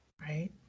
right